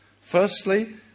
Firstly